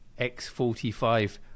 x45